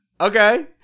okay